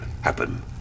happen